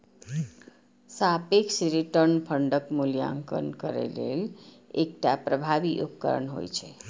सापेक्ष रिटर्न फंडक मूल्यांकन करै लेल एकटा प्रभावी उपकरण होइ छै